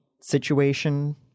situation